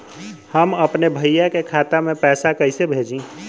हम अपने भईया के खाता में पैसा कईसे भेजी?